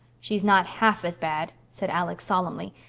she's not half as bad, said alec solemnly,